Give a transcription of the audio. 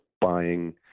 buying